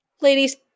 ladies